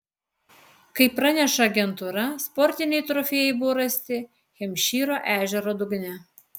kaip praneša agentūra sportiniai trofėjai buvo rasti hempšyro ežero dugne